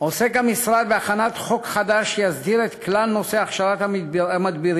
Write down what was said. עוסק המשרד בהכנת חוק חדש שיסדיר את כלל נושא הכשרת המדבירים,